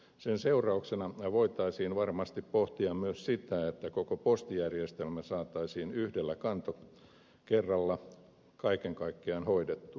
sen seurauksena voitaisiin varmasti pohtia myös sitä että koko postijärjestelmä saataisiin yhdellä kantokerralla kaiken kaikkiaan hoidettua